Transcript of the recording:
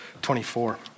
24